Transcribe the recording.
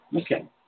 Okay